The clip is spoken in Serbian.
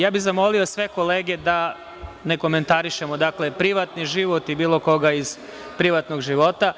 Zamolio bih sve kolege da ne komentarišemo privatni život i bilo koga iz privatnog života.